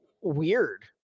weird